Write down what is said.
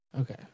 Okay